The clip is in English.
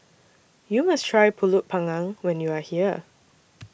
YOU must Try Pulut Panggang when YOU Are here